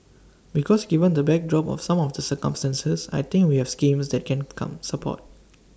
because given the backdrop of some of the circumstances I think we have schemes that can come support